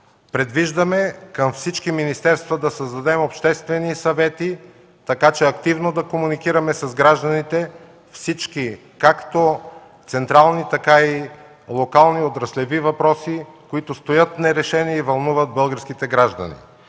Предвиждаме към всички министерства да създадем обществени съвети, така че активно да комуникираме с гражданите по всички – както централни, така и локални отраслови въпроси, които стоят нерешени и вълнуват българските граждани.